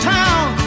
town